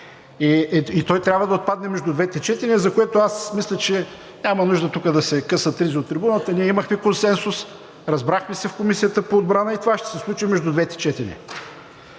и той трябва да отпадне между двете четения, за което аз мисля, че няма нужда тук да се късат ризи от трибуната – ние имахме консенсус, разбрахме се в Комисията по отбрана и това ще се случи между двете четения.